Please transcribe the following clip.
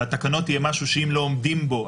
והתקנות יהיו משהו שאם לא עומדים בו,